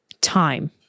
time